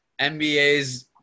NBA's